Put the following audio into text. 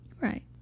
Right